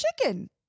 chicken